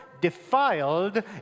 defiled